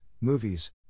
movies